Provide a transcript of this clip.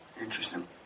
interesting